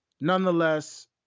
Nonetheless